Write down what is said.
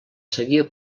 seguia